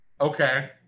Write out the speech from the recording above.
Okay